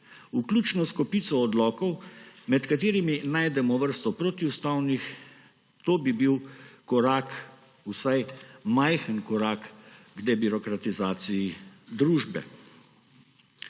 vključno s kopico odlokov, med katerimi najdemo vrsto protiustavnih. To bi bil korak, vsaj majhen korak k debirokratizaciji družbe.